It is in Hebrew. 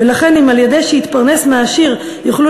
ולכן אם על-ידי שהתפרנס מהעשיר יוכלו